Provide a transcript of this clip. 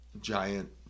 giant